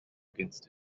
against